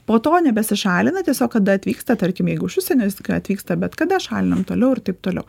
po to nebesišalina tiesiog kada atvyksta tarkim jeigu iš užsienio atvyksta bet kada šalinam toliau ir taip toliau